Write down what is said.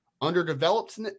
underdeveloped